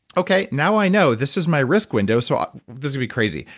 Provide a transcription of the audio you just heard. okay, now i know, this is my risk window, so. ah this will be crazy,